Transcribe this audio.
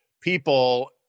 people